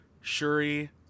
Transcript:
Shuri